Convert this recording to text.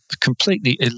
completely